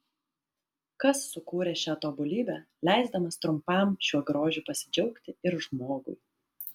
kas sukūrė šią tobulybę leisdamas trumpam šiuo grožiu pasidžiaugti ir žmogui